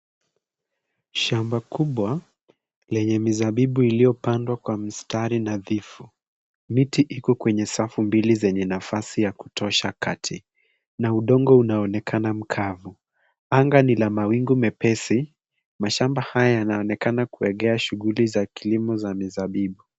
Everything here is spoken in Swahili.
Shamba kubwa lenye mizabibu iliyopandwa kwa mistari nadhifu. Miti iko kwenye safu mbili zenye nafasi ya kutosha kati, na udongo unaonekana mkavu. Anga ni la mawingu mepesi. Mashamba haya yanaonekana kuegea shughuli za kilimo za mizabibu.